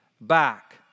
back